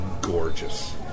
gorgeous